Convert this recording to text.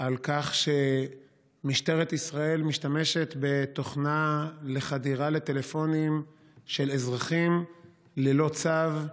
על כך שמשטרת ישראל משתמשת בתוכנה לחדירה לטלפונים של אזרחים ללא צו,